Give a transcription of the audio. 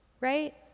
right